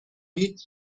هیچ